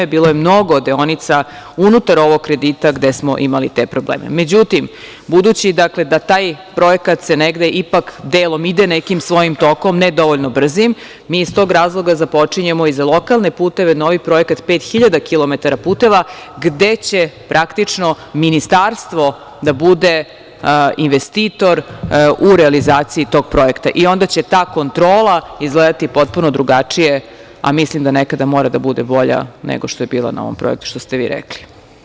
Bilo je mnogo deonica unutar ovog kredita gde smo imali te probleme, međutim, budući da taj projekat se delom, negde ipak ide svojim tokom, ne dovoljno brzim, mi iz tog razloga započinjemo i za lokalne puteve novi projekat pet hiljada kilometara puteva, gde će praktično Ministarstvo da bude investitor u realizaciji tog projekta i onda će ta kontrola izgledati potpuno drugačije, a mislim da nekada mora da bude bolja, nego što je bila na ovom projektu, što ste vi rekli.